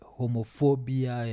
homophobia